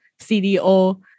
CDO